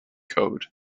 code